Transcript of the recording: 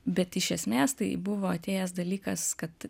bet iš esmės tai buvo atėjęs dalykas kad